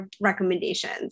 recommendations